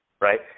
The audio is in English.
right